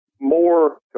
more